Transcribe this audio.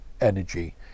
energy